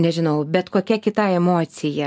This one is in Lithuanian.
nežinau bet kokia kita emocija